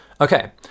Okay